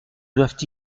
doivent